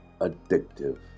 addictive